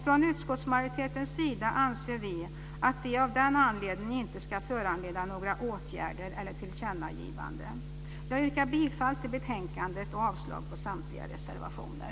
Från utskottsmajoritetens sida anser vi att de av den anledningen inte ska föranleda några åtgärder eller tillkännagivanden. Jag yrkar bifall till förslaget i utskottets betänkande och avslag på samtliga reservationer.